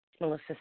Melissa